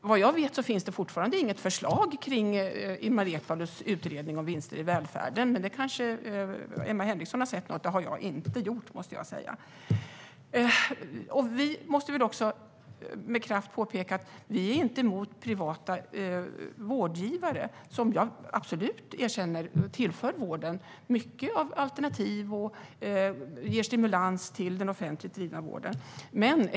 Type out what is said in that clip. Vad jag vet finns det fortfarande inget förslag avseende Ilmar Reepalus utredning om vinster i välfärden. Emma Henriksson kanske har sett något, men det har inte jag. Jag vill med kraft påpeka att vi inte är emot privata vårdgivare. De tillför vården alternativ och ger den offentligt drivna vården stimulans.